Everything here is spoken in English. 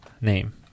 name